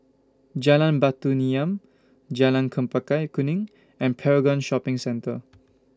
Jalan Batu Nilam Jalan Chempaka Kuning and Paragon Shopping Centre